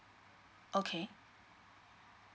okay